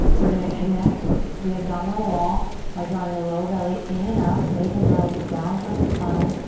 we're gonna connect the abdominal wall by drawing the lower belly in and up, navel draws down towards the spine.